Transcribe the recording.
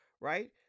right